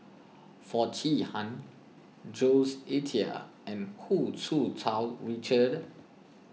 Foo Chee Han Jules Itier and Hu Tsu Tau Richard